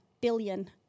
billion